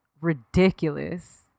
ridiculous